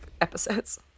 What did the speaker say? episodes